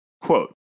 Quote